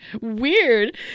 Weird